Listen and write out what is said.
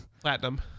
platinum